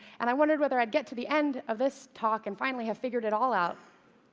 and i wondered whether i'd get to the end of this talk and finally have figured it all out,